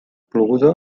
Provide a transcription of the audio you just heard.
ploguda